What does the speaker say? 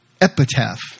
epitaph